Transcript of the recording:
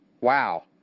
Wow